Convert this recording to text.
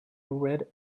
red